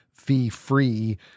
fee-free